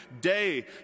day